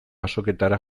azoketara